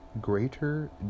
greater